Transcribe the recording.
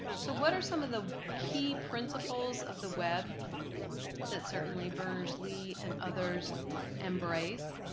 so what are some of the key principles of the web that certainly berners-lee and others embrace?